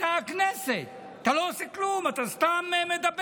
אתה הכנסת, אתה לא עושה כלום, אתה סתם מדבר.